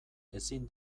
ezin